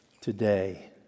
today